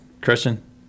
Christian